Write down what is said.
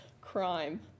crime